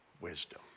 wisdom